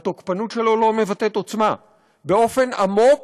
התוקפנות שלו לא מבטאת עוצמה, באופן עמוק